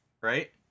right